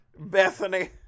Bethany